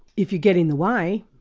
if you get in the way,